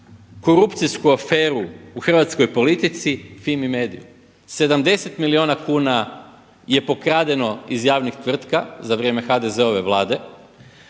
korupcijsku aferu u hrvatskoj politici FIMI Mediu. 70 milijuna kuna je pokradeno iz javnih tvrtka za vrijeme HDZ-ove Vlade.